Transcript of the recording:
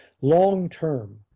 long-term